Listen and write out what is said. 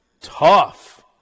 tough